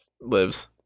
lives